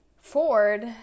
Ford